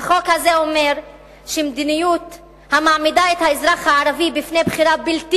החוק הזה אומר מדיניות המעמידה את האזרח הערבי בפני בחירה בלתי